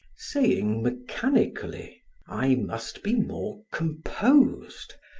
saying mechanically i must be more composed.